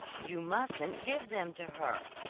you mustn't give them to her.